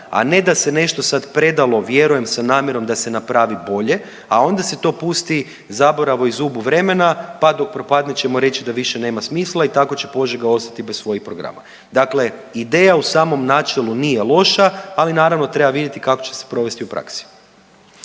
a ne da se nešto sad predalo vjerujem sa namjerom da se napravi bolje, a onda se to pusti zaboravu i zubu vremena pa dok propadne ćemo reći da više nema smisla i tako će Požega ostati bez svojih programa. Dakle, ideja u samom načelu nije loša ali naravno treba vidjeti kako će se provesti u praksi.